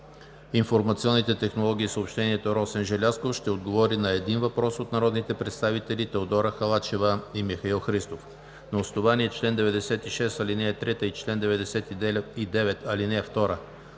информационните технологии и съобщенията Росен Желязков ще отговори на един въпрос от народните представители Теодора Халачева и Михаил Христов. На основание чл. 96, ал. 3 и чл. 99, ал. 2